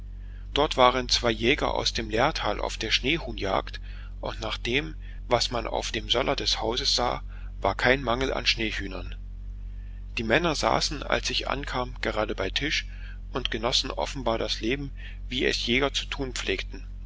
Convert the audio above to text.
dort waren zwei jäger aus dem lärtal auf der schneehuhnjagd und nach dem was man auf dem söller des hauses sah war kein mangel an schneehühnern die männer saßen als ich ankam gerade bei tisch und genossen offenbar das leben wie es jäger zu tun pflegten